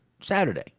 Saturday